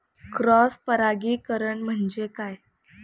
Cross परागीकरण म्हणजे काय?